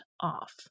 off